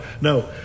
no